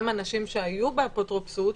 גם אנשים שהיו באפוטרופסות,